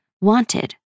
wanted